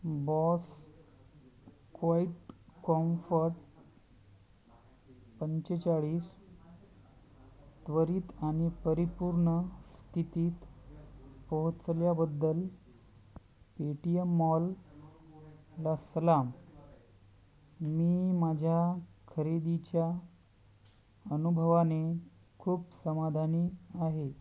boss quite comfort पंचेचाळीस त्वरित आणि परिपूर्ण स्थितीत पोहोचवल्याबद्दल पेटीएम मॉलला सलाम मी माझ्या खरेदीच्या अनुभवाने खूप समाधानी आहे